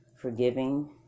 forgiving